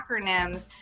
acronyms